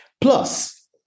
Plus